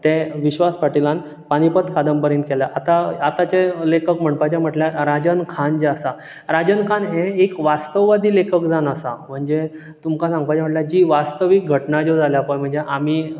तें विश्वास पाटिलान पानीपत कादंबरेंत केलां आतां आतांचे लेखक म्हणपाचे म्हणल्यार राजन खान जे आसा राजन खान हे एक वास्तवादी लेखक जावन आसा म्हणजे तुमकां सांगपाचे म्हणल्यार जी वास्तवीक घटना ज्यो जाल्या पय म्हणजे आमी